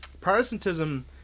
Protestantism